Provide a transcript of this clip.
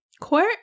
Quart